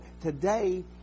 today